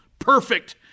perfect